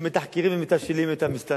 שבו מתחקרים ומתשאלים את המסתננים.